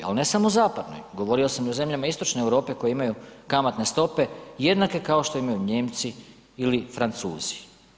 Ali ne samo zapadnoj, govorio sam i o zemljama istočne Europe koje imaju kamatne stope jednake kao što imaju Nijemci ili Francuzi.